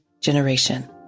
generation